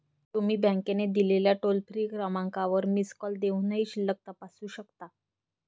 तुम्ही बँकेने दिलेल्या टोल फ्री क्रमांकावर मिस कॉल देऊनही शिल्लक तपासू शकता